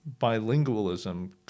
bilingualism